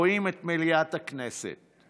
רואים את מליאת הכנסת.